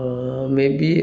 yea it's a lot